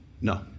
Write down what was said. No